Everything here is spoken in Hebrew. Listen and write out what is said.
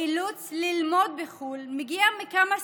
האילוץ ללמוד בחו"ל מגיע מכמה סיבות: